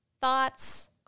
Thoughts